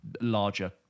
larger